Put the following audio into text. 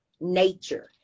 nature